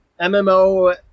MMO